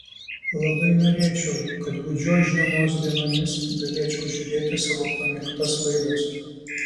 labai norėčiau kad gūdžios žiemos dienomis galėčiau žiūrėti savo pamėgtas laidas